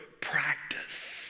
practice